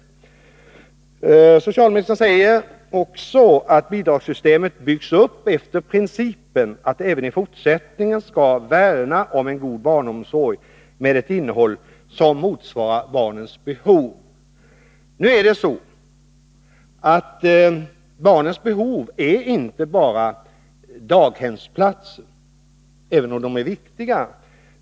Socialministern säger också: ”Bidragssystemet byggs vidare upp efter principen att det även fortsättningsvis skall värna om en god barnomsorg med ett innehåll som motsvarar barnens behov.” Men barnens behov är inte bara daghemsplatsen, även om denna är viktig.